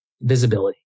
visibility